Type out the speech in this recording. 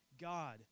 God